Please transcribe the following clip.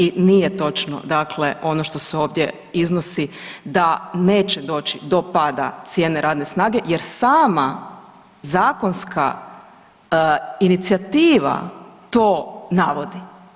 I nije točno dakle ono što se ovdje iznosi da neće doći do pada cijene radne jer sama zakonska inicijativa to navodi.